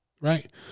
right